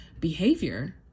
behavior